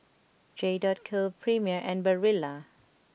J dot Co Premier and Barilla